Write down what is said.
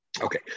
Okay